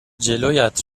جلویت